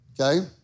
okay